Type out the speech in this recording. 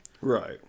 Right